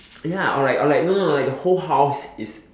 ya or like or like no no no like the whole house is